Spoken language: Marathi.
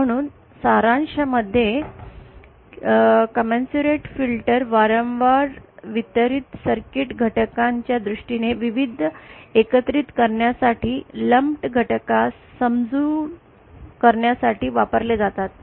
म्हणून सारांश मध्ये कमेन्सरिट फिल्टर् वारंवार वितरित सर्किट घटकांच्या दृष्टीने विविध एकत्रित करण्यासाठी किंवा लम्प घटकास समजू करण्यासाठी वापरले जातात